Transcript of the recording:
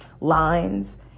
lines